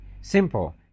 Simple